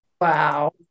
Wow